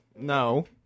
No